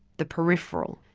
the peripheral,